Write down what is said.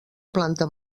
planta